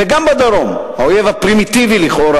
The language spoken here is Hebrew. וגם בדרום, שלכאורה